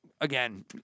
again